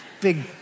big